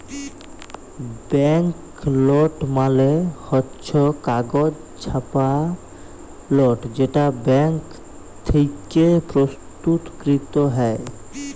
bank note মালে হচ্ছ কাগজে ছাপা লোট যেটা ব্যাঙ্ক থেক্যে প্রস্তুতকৃত হ্যয়